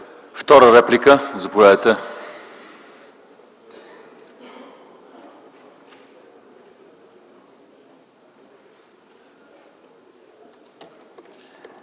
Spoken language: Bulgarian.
втора реплика, заповядайте,